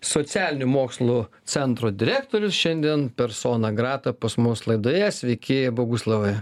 socialinių mokslų centro direktorius šiandien persona grata pas mus laidoje sveiki boguslavai